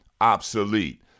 obsolete